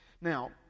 now